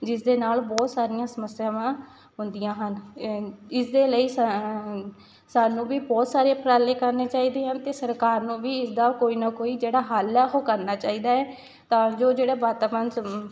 ਜਿਸਦੇ ਨਾਲ ਬਹੁਤ ਸਾਰੀਆਂ ਸਮਸਿਆਵਾਂ ਹੁੰਦੀਆਂ ਹਨ ਇਸ ਦੇ ਲਈ ਸ ਸਾਨੂੰ ਵੀ ਬਹੁਤ ਸਾਰੇ ਉਪਰਾਲੇ ਕਰਨੇ ਚਾਹੀਦੇ ਹਨ ਅਤੇ ਸਰਕਾਰ ਨੂੰ ਵੀ ਇਸ ਦਾ ਕੋਈ ਨਾ ਕੋਈ ਜਿਹੜਾ ਹੱਲ ਹੈ ਉਹ ਕਰਨਾ ਚਾਹੀਦਾ ਹੈ ਤਾਂ ਜੋ ਜਿਹੜਾ ਵਾਤਾਵਰਨ ਸਬਮ